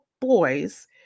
boys